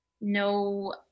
no